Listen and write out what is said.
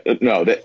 No